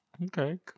Okay